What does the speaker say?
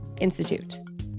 Institute